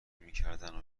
میکردن